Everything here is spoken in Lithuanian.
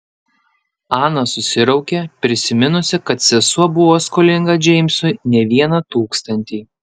ana susiraukė prisiminusi kad sesuo buvo skolinga džeimsui ne vieną tūkstantį